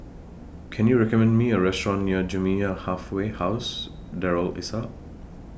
Can YOU recommend Me A Restaurant near Jamiyah Halfway House Darul Islah